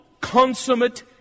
consummate